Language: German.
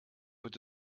wird